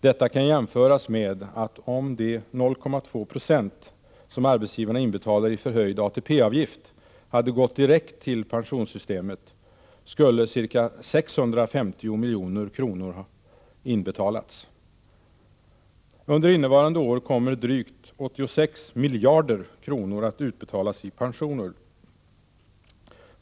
Detta kan jämföras med att om de 0,2 90, som arbetsgivarna inbetalar i förhöjd ATP-avgift, hade gått direkt till pensionssystemet, skulle ca 650 milj.kr. inbetalats. Under innevarande år kommer drygt 86 miljarder kronor att utbetalas i pensioner.